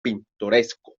pintoresco